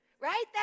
right